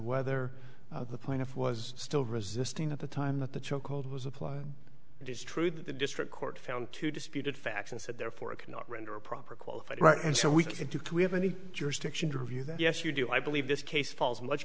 whether the point if was still resisting at the time that the chokehold was applied it is true that the district court found to disputed facts and said therefore it cannot render a proper qualified right and so we could do we have any jurisdiction to review that yes you do i believe this case falls much